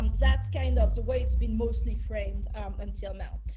um that's kind of the way it's been mostly framed until now.